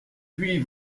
puis